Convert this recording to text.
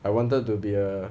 I wanted to be a